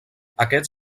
aquests